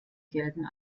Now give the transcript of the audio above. gelten